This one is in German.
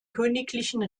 königlichen